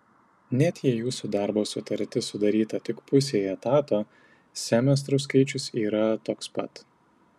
net jei jūsų darbo sutartis sudaryta tik pusei etato semestrų skaičius yra toks pat